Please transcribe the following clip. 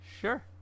sure